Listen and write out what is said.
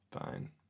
Fine